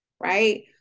Right